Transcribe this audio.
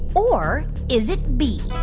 or is it b,